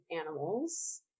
animals